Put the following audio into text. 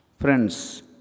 Friends